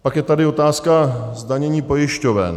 Pak je tady otázka zdanění pojišťoven.